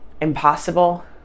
impossible